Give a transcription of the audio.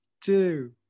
two